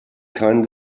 keinen